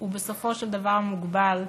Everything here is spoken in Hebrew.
הוא בסופו של דבר מוגבל,